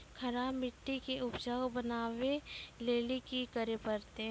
खराब मिट्टी के उपजाऊ बनावे लेली की करे परतै?